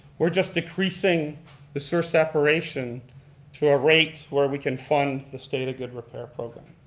we're just decreasing the sewer separation to a rate where we can fund the state of good repair program.